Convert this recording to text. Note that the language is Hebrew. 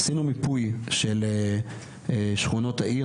עשינו מיפוי של שכונות העיר,